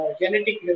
genetic